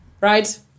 right